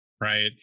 right